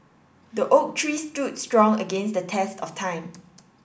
the oak tree stood strong against the test of time